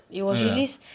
ah ya